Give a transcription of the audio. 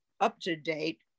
up-to-date